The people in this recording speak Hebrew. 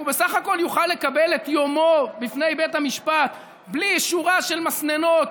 הוא בסך הכול יוכל לקבל את יומו בפני בית המשפט בלי אישורן של מסננות,